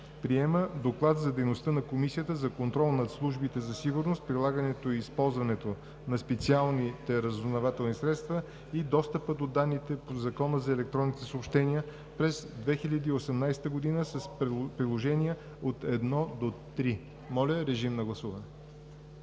Приема Доклад за дейността на Комисията за контрол над службите за сигурност, прилагането и използването на специалните разузнавателни средства и достъпа до данните по Закона за електронните съобщения през 2018 г. с Приложения от 1 до 3.“ Гласували